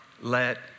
let